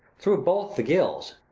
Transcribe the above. thorough both the gills.